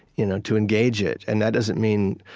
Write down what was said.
you know to engage it. and that doesn't mean